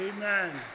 amen